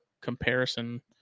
comparison